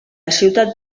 ciutat